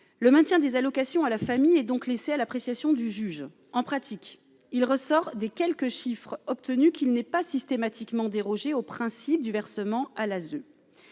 le maintien des allocations à la famille et donc laissée à l'appréciation du juge, en pratique, il ressort des quelques chiffres obtenus qu'il n'est pas systématiquement déroger au principe du versement à l'ASE,